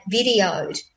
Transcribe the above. videoed